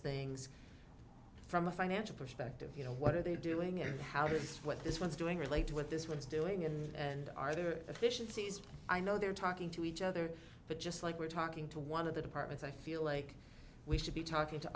things from a financial perspective you know what are they doing and how this what this one's doing relate to what this one is doing and are there efficiencies i know they're talking to each other but just like we're talking to one of the departments i feel like we should be talking to